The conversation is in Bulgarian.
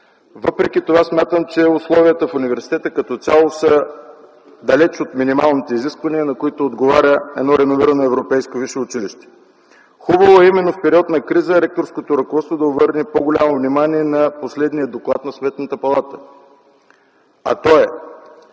Въпреки това смятам, че условията в университета като цяло са далече от минималните изисквания, на които отговаря едно реномирано европейско висше училище. Хубаво е именно в период на криза ректорското ръководство да обърне по-голямо внимание на последния доклад на Сметната палата, а той е,